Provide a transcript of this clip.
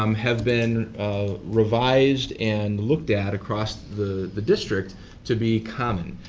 um have been revised and looked at across the the district to be common,